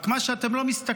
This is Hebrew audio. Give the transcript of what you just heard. רק מה שאתם לא מסתכלים,